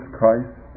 Christ